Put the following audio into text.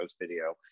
video